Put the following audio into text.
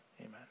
amen